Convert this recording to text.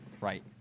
Right